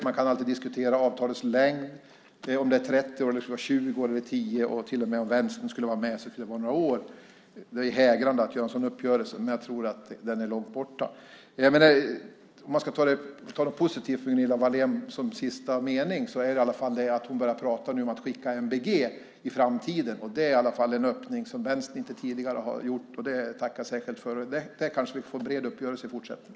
Man kan alltid diskutera avtalets längd, om det ska vara på 30 år, 20 år, 10 år eller, om Vänstern ska vara med, bara några år. En sådan uppgörelse är hägrande, men jag tror att den är långt borta. Ska man till sist säga något positivt om Gunilla Wahlén är det att hon nu börjar tala om att skicka NBG i framtiden. Det är en öppning som Vänstern inte tidigare har gjort. Det tackar jag särskilt för. Där kanske vi kan få en bred uppgörelse i fortsättningen.